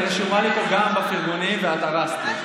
את רשומה לי גם בפרגונים ואת הרסת את זה.